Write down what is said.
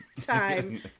time